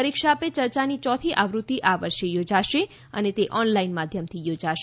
પરીક્ષા પે યર્ચાની ચોથી આવૃત્તિ આ વર્ષે યોજાશે અને તે ઓનલાઇન માધ્યમથી યોજાશે